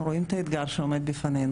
אנחנו רואים את האתגר שעומד בפנינו,